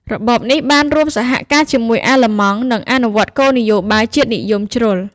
របបនេះបានរួមសហការជាមួយអាល្លឺម៉ង់ និងអនុវត្តគោលនយោបាយជាតិនិយមជ្រុល។